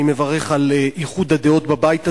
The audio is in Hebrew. אני מברך על איחוד הדעות בבית הזה,